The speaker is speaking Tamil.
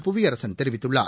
புவிரயசன் தெரிவித்துள்ளார்